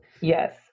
Yes